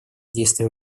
действия